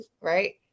right